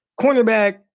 cornerback